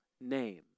name